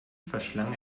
verschlang